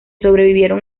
sobrevivieron